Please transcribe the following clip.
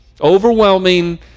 overwhelming